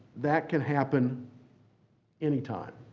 that can happen anytime,